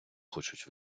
хочуть